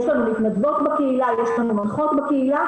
יש לנו מתנדבות ומנחות בקהילה